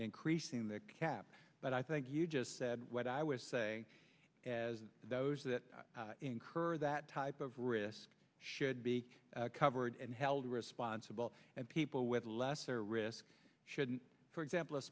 increasing the cap but i think you just said what i was saying as those that incur that type of risk should be covered and held responsible and people with lesser risk shouldn't for example a